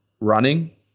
running